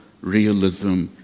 realism